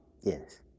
Yes